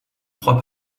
trois